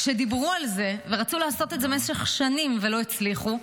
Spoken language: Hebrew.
כשדיברו על זה ורצו לעשות את זה במשך שנים ולא הצליחו,